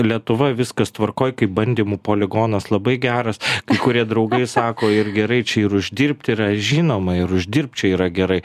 lietuvoj viskas tvarkoj kaip bandymų poligonas labai geras kai kurie draugai sako ir gerai čia ir uždirbt yra žinoma ir uždirbt čia yra gerai